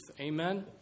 Amen